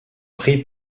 prix